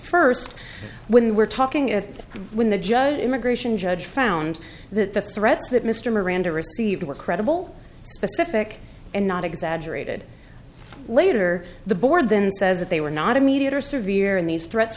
first when we're talking it when the judge immigration judge found that the threats that mr miranda received were credible specific and not exaggerated later the board then says that they were not immediate or severe in these threats